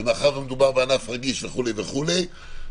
ומאחר שמדובר בענף רגיש וכו' וכו',